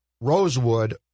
Rosewood